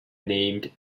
named